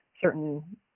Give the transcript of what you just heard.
certain